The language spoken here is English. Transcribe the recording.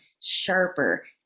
sharper